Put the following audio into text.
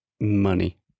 Money